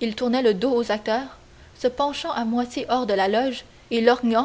il tournait le dos aux acteurs se penchant à moitié hors de la loge et